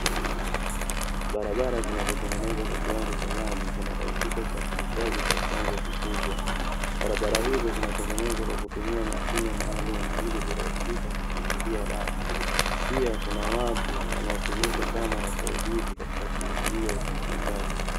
Barabara zinazotengenezwa kwa kiwango cha lami zinarahisisha usafirishaji kwa kiwango kikubwa. Barabara hizo zinatengenezwa kutumia mashine maalumu ili kurahisisha kushindilia lami pia kuna watu wanaotumika kama wasaidizi katika shughuli hiyo ya utengenezaji.